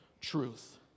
truth